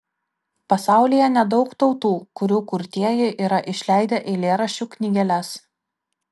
pasaulyje nedaug tautų kurių kurtieji yra išleidę eilėraščių knygeles